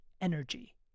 energy